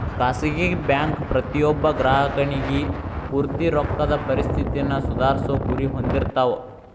ಖಾಸಗಿ ಬ್ಯಾಂಕ್ ಪ್ರತಿಯೊಬ್ಬ ಗ್ರಾಹಕನಿಗಿ ಪೂರ್ತಿ ರೊಕ್ಕದ್ ಪರಿಸ್ಥಿತಿನ ಸುಧಾರ್ಸೊ ಗುರಿ ಹೊಂದಿರ್ತಾವ